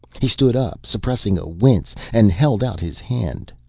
he stood up, suppressing a wince, and held out his hand.